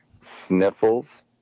Sniffles